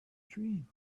dream